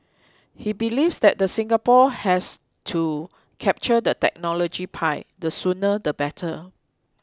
he believes that the Singapore has to capture the technology pie the sooner the better